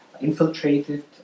infiltrated